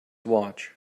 watch